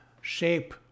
shape